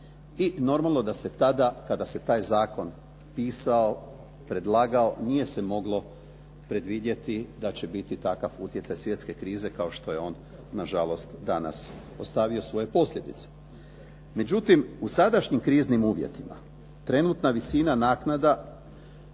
i normalno da se tada, kada se taj zakon pisao, predlagao, nije se moglo predvidjeti da će biti takav utjecaj svjetske krize kao što je on nažalost danas ostavio svoje posljedice. Međutim, u sadašnjim kriznim uvjetima trenutna visina naknada